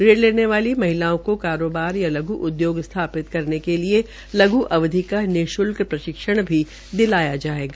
ऋण लेने वाली महिलाओं को कारोबार या लघ् उद्योग स्थापित करने के लिए लघ् अवधि का निःशुल्क प्रशिक्षण भी दिया जायेगा